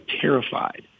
terrified